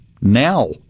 Now